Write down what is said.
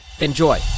enjoy